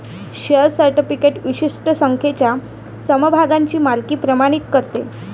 share certificate विशिष्ट संख्येच्या समभागांची मालकी प्रमाणित करते